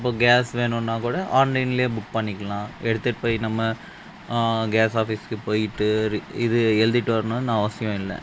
இப்போ கேஸ் வேணும்னாக்கூட ஆன்லைன்ல புக் பண்ணிக்கலாம் எடுத்துட் போய் நம்ம கேஸ் ஆஃபீஸ்க்குப் போயிவிட்டு ரி இது எழுத்திவிட்டு வர்ணும்னு அவசியம் இல்லை